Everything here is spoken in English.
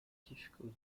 difficult